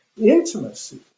intimacy